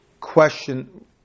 question